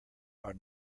are